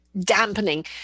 dampening